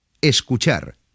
Escuchar